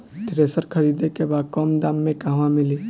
Thresher खरीदे के बा कम दाम में कहवा मिली?